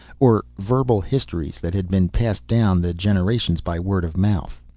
or verbal histories that had been passed down the generations by word of mouth.